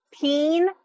Peen